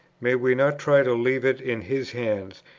may we not try to leave it in his hands,